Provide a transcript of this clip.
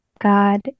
God